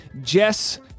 Jess